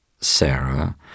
Sarah